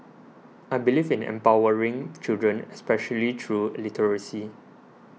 I believe in empowering children especially through literacy